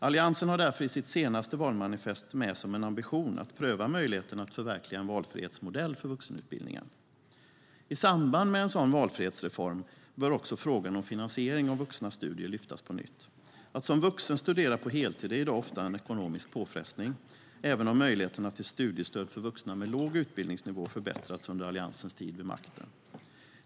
Alliansen har därför i sitt senaste valmanifest med som en ambition att pröva möjligheterna att förverkliga en valfrihetsmodell för vuxenutbildningen. I samband med en sådan valfrihetsreform inom vuxenutbildningen bör också frågan om finansiering av vuxnas studier lyftas på nytt. Att som vuxen studera på heltid är i dag ofta en ekonomisk påfrestning, även om möjligheterna till studiestöd för vuxna med låg utbildningsnivå förbättrats under Alliansens tid vid makten.